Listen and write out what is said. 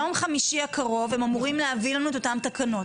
ביום חמישי הקרוב הם יכולים להביא לנו את אותן תקנות,